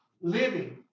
living